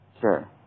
Sure